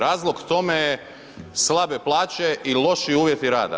Razlog tome je slabe plaće i loši uvjeti rada.